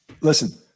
Listen